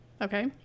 Okay